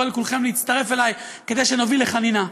לכולכם להצטרף אליי כדי שנוביל לחנינה.